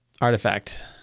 Artifact